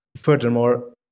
Furthermore